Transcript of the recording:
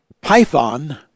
Python